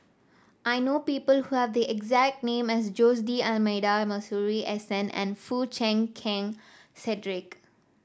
I know people who have the exact name as Jose D'Almeida Masuri S N and Foo Chee Keng Cedric